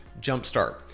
jumpstart